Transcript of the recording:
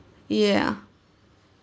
ya